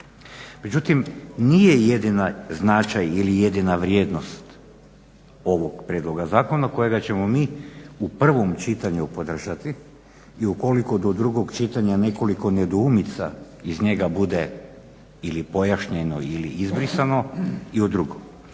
Međutim, nije jedini značaj ili jedina vrijednost ovog prijedloga zakona kojega ćemo mi u prvom čitanju podržati i ukoliko do drugog čitanja nekoliko nedoumica iz njega bude ili pojašnjeno ili izbrisano i u drugom.